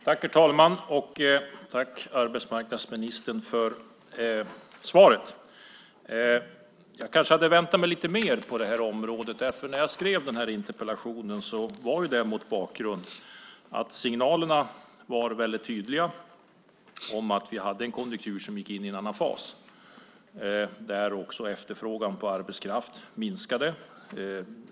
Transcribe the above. Herr talman! Jag tackar arbetsmarknadsministern för svaret. Jag kanske hade väntat mig lite mer på det här området. När jag skrev den här interpellationen var det ju mot bakgrund av att signalerna var väldigt tydliga om att vi hade en konjunktur som gick in i en annan fas, där också efterfrågan på arbetskraft minskade.